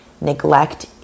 neglect